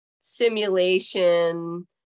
simulation